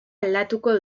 aldatuko